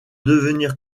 devenir